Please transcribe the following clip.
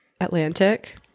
Atlantic